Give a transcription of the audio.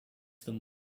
them